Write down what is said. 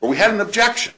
but we have an objection